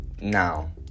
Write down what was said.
Now